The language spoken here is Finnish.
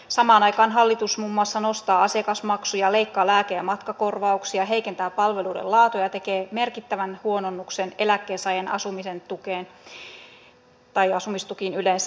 samaan aikaan hallitus muun muassa nostaa asiakasmaksuja leikkaa lääke ja matkakorvauksia heikentää palveluiden laatua ja tekee merkittävän huononnuksen eläkkeensaajan asumisen tukeen tai asumistukiin yleensä